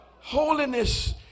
Holiness